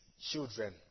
children